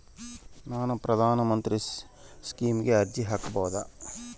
ನಾನು ಪ್ರಧಾನ ಮಂತ್ರಿ ಸ್ಕೇಮಿಗೆ ಅರ್ಜಿ ಹಾಕಬಹುದಾ?